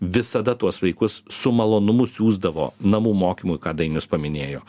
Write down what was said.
visada tuos vaikus su malonumu siųsdavo namų mokymui ką dainius paminėjo